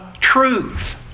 truth